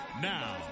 Now